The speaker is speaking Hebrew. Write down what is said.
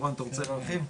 מורן, אתה רוצה להרחיב?